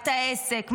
את העסק,